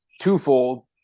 twofold